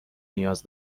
نیاز